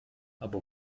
aber